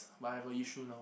but I have a issue now